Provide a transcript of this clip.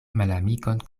malamikon